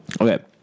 Okay